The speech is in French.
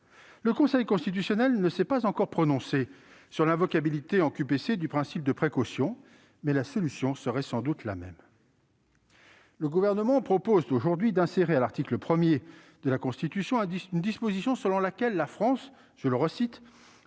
Le Conseil constitutionnel ne s'est pas encore prononcé sur l'invocabilité dans le cadre d'une QPC du principe de précaution, mais la solution serait sans doute la même. Le Gouvernement propose aujourd'hui d'insérer, à l'article 1 de la Constitution, une disposition selon laquelle la France « garantit